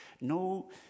No